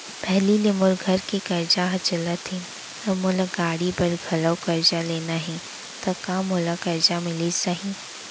पहिली ले मोर घर के करजा ह चलत हे, अब मोला गाड़ी बर घलव करजा लेना हे ता का मोला करजा मिलिस जाही?